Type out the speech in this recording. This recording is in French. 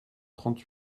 trente